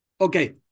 Okay